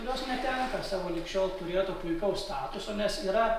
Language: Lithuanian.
kurios netenka savo lig šiol turėto puikaus statuso nes yra